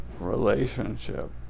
relationship